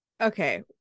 Okay